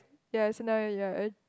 yes so now you are a